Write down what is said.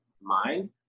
mind